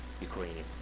Ukraine